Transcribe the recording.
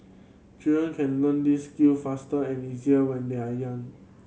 children can learn these skill faster and easier when they are young